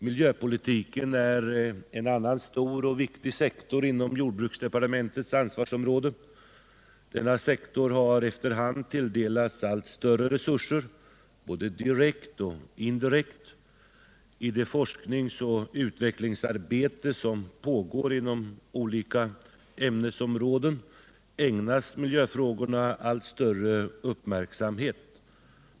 Miljöpolitiken är en annan stor och viktig sektor inom jordbruksdepartementets ansvarsområde. Denna sektor har efter hand tilldelats allt större resurser både direkt och indirekt. I det forskningsoch utvecklingsarbete som pågår inom olika ämnesområden ägnas miljöfrågorna allt större uppmärksamhet.